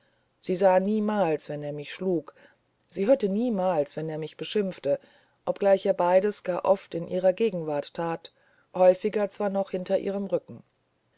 sie sah niemals wenn er mich schlug sie hörte niemals wenn er mich beschimpfte obgleich er beides gar oft in ihrer gegenwart that häufiger zwar noch hinter ihrem rücken